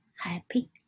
happy